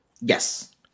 Yes